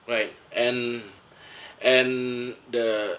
right and and the